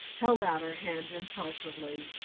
held out her hand impulsively.